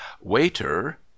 waiter